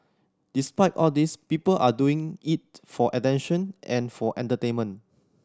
despite all these people are doing it for attention and for entertainment